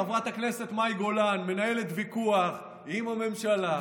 חברת הכנסת מאי גולן מנהלת ויכוח עם הממשלה,